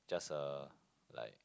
just a like